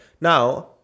Now